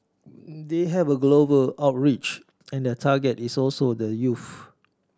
they have a global outreach and their target is also the youth